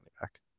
back